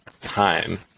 time